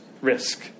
risk